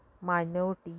minority